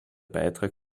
beitrag